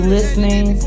Listening